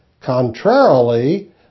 Contrarily